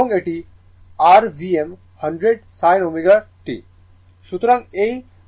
এবং এটি r Vm 100 sin ω t